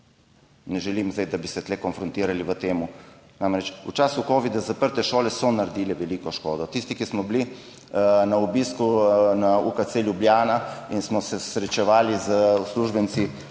ne želim zdaj, da bi se tu konfrontirali v tem. Namreč v času covida so zaprte šole naredile veliko škodo. Tisti, ki smo bili na obisku na UKC Ljubljana in smo se srečevali z uslužbenci